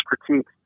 critique